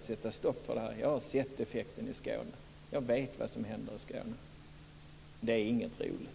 sätta stopp för det här. Jag har sett effekterna i Skåne och vet vad som händer där. Det är inte roligt.